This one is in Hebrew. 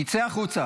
תצא החוצה.